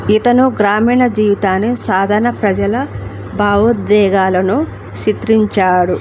ఇతను గ్రామీణ జీవితాన్నీ సాధారణ ప్రజల భావోద్వేగాలను చిత్రించాడు